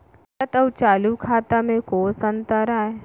बचत अऊ चालू खाता में कोस अंतर आय?